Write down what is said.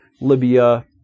Libya